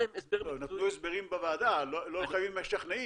לא, הם נתנו הסברים בוועדה, לא משכנעים.